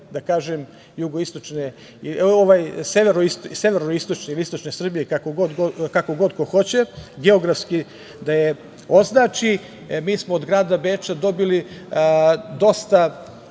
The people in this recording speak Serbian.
da kažem severoistočne ili istočne Srbije, kako god ko hoće, geografski da je označi, mi smo od grada Beča dobili dosta